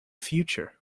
future